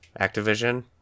Activision